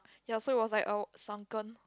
ya so it was like uh sunken